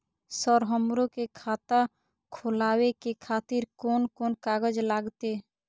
Sir हमरो के खाता खोलावे के खातिर कोन कोन कागज लागते?